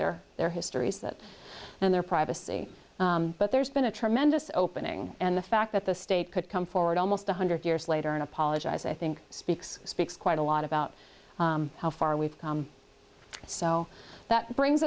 further their histories that their privacy but there's been a tremendous opening and the fact that the state could come forward almost one hundred years later and apologize i think speaks speaks quite a lot about how far we've come so that brings